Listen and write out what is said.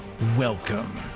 Welcome